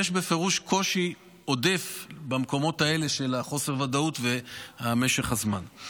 יש בפירוש קושי עודף במקומות האלה בשל חוסר הוודאות ומשך הזמן.